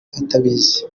atabizi